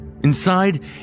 Inside